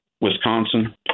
Wisconsin